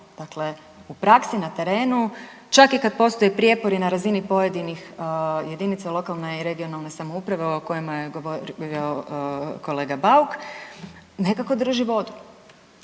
u praksi, na terenu, čak i kad postoje prijepori na razini pojedinih jedinicama lokalne i regionalne samouprave o kojima je govorio kolega Bauk, nekako drži vodu.